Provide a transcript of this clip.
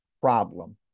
problem